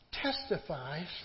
testifies